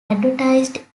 advertised